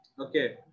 okay